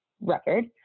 record